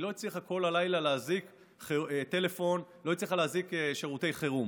והיא לא הצליחה כל הלילה להזעיק בטלפון שירותי חירום.